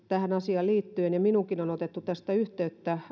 tähän asiaan liittyen ja minuunkin on on otettu tästä yhteyttä